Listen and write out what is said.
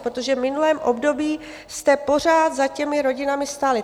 Protože v minulém období jste pořád za těmi rodinami stáli.